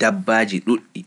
dabbaaji ɗuɗɗi.